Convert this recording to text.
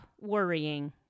worrying